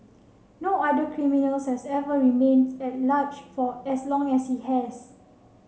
no other criminals has ever remains at large for as long as he has